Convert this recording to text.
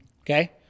okay